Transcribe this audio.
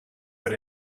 but